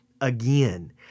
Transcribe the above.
again